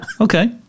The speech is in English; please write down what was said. Okay